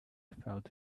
felt